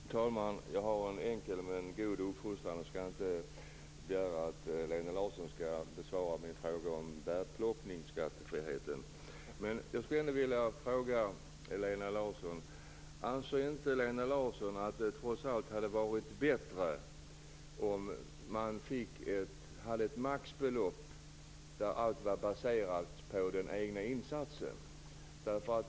Fru talman! Jag har en enkel med god uppfostran, så jag begär inte att Lena Larsson skall besvara min fråga om bärplockningsskattefriheten. Men jag vill ändå fråga: Anser inte Lena Larsson att det trots allt hade varit bättre om man hade infört ett maximalt belopp och om allt var baserat på den egna insatsen?